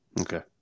Okay